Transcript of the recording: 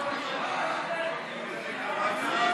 מה קרה פה?